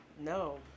No